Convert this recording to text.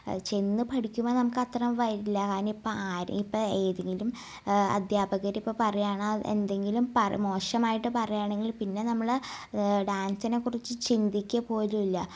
ചെന്ന് പഠിക്കുമ്പം നമുക്കത്രേം വരില്ല കാരണമിപ്പം ആരേപ്പ ഏതെങ്കിലും അദ്ധ്യാപകരിപ്പം പറയാണ് എന്തെങ്കിലും പറ മോശമായിട്ട് പറയാണെങ്കിൽ പിന്നെ നമ്മൾ ഡാൻസിനെക്കുറിച്ച് ചിന്തിക്കുക പോലുമില്ല